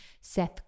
Seth